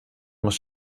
muss